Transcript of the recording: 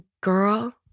girl